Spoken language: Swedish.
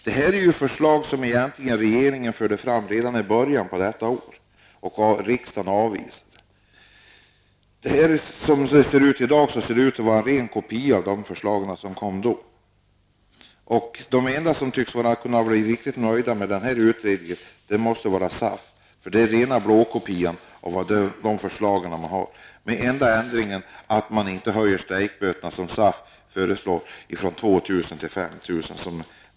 Detta är egentligen förslag som regeringen förde fram redan i början av året och som riksdagen då avvisade. Förslagen i dag ser ut att vara rena kopior av de förslag som kom då. De enda som tycks kunna bli riktigt nöjda med utredningen är SAF, eftersom det är fråga om rena blåkopian av deras förslag. Den enda ändringen är att utredningen inte som SAF föreslår någon höjning av strejkböterna från 2 000 till 5 000 kr.